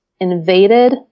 invaded